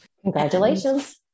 Congratulations